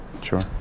Sure